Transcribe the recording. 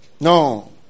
No